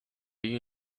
you